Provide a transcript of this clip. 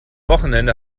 wochenende